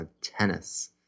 tennis